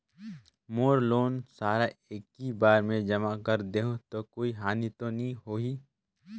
मोर loan सारा एकी बार मे जमा कर देहु तो कोई हानि तो नी होही?